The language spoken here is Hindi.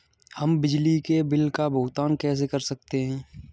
हम बिजली के बिल का भुगतान कैसे कर सकते हैं?